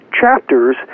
chapters